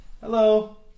hello